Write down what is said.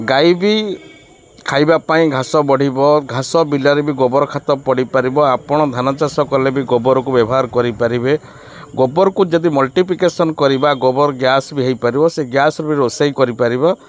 ଗାଈବି ଖାଇବା ପାଇଁ ଘାସ ବଢ଼ିବ ଘାସ ବିଲରେ ବି ଗୋବର ଖାତ ପଡ଼ିପାରିବ ଆପଣ ଧାନ ଚାଷ କଲେ ବି ଗୋବରକୁ ବ୍ୟବହାର କରିପାରିବେ ଗୋବରକୁ ଯଦି ମଲ୍ଟିପ୍ଲିକେସନ୍ କରିବା ଗୋବର ଗ୍ୟାସ୍ ବି ହେଇପାରିବ ସେ ଗ୍ୟାସ୍ରେ ବି ରୋଷେଇ କରିପାରିବ